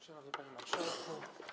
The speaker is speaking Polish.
Szanowny Panie Marszałku!